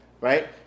right